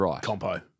compo